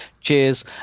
Cheers